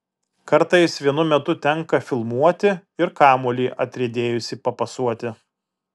kartais vienu metu tenka filmuoti ir kamuolį atriedėjusį papasuoti